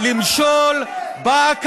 אתה לא מושל ולא בטיח.